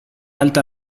alta